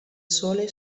sole